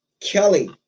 Kelly